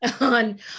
on